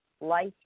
life